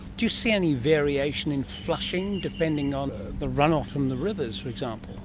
do you see any variation in flushing, depending on the runoff from the rivers, for example?